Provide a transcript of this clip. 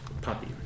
puppy